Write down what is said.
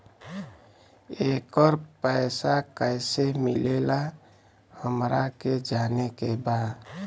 येकर पैसा कैसे मिलेला हमरा के जाने के बा?